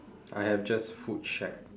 I have just food shack